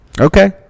Okay